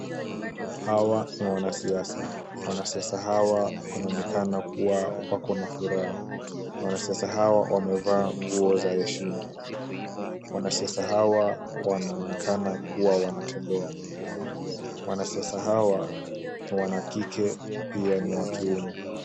Hawa ni wanasiasa. Wanasiasa hawa wanaonekana kuwa wako na furaha. Wanasiasa hawa wamevaa nguo za heshima. Wanasiasa hawa wanaonekana kuwa wanatembea. Wanasiasa hawa ni wanakike na pia ni wa kiume.